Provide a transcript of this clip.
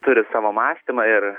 turi savo mąstymą ir